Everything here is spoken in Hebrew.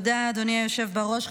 תודה, אדוני היושב בראש.